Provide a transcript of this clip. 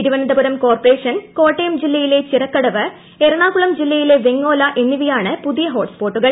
Thiruvananthapuram corporation Kottayam ജില്ലയിലെ ചിറക്കടവ് എറണാകുളം ജില്ലയിലെ വെങ്ങോല എന്നിവയാണ് പുതിയ ഹോട്ട് സ്പോട്ടുകൾ